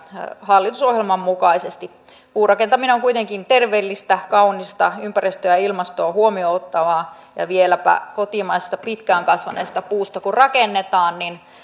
hallitusohjelman mukaisesti puurakentaminen on kuitenkin terveellistä kaunista ympäristöä ja ilmastoa huomioon ottavaa ja vieläpä kotimaisesta pitkään kasvaneesta puusta kun rakennetaan